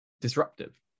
disruptive